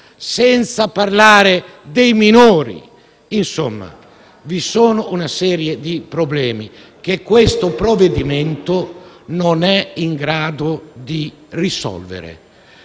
fissa dimora e dei minori. Insomma, c'è una serie di problemi che questo provvedimento non è in grado di risolvere.